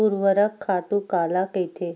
ऊर्वरक खातु काला कहिथे?